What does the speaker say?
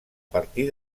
partir